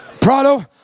Prado